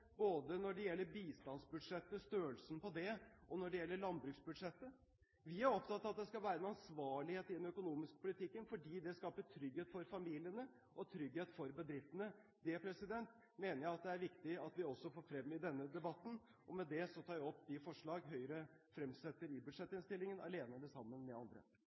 både når det gjelder bistandsbudsjettets størrelse, og når det gjelder landbruksbudsjettet. Vi er opptatt av at det skal være en ansvarlighet i den økonomiske politikken, fordi det skaper trygghet for familiene og trygghet for bedriftene. Det mener jeg er viktig at vi også får frem i denne debatten. Med det tar jeg opp de forslag Høyre fremsetter i budsjettinnstillingen, alene eller sammen med andre.